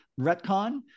retcon